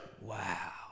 Wow